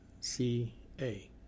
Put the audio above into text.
CA